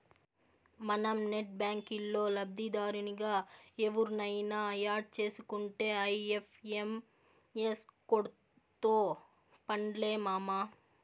మనం నెట్ బ్యాంకిల్లో లబ్దిదారునిగా ఎవుర్నయిన యాడ్ సేసుకుంటే ఐ.ఎఫ్.ఎం.ఎస్ కోడ్తో పన్లే మామా